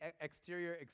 exterior